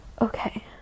Okay